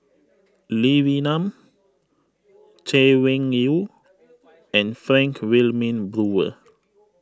Lee Wee Nam Chay Weng Yew and Frank Wilmin Brewer